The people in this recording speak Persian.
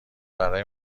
برای